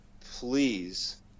please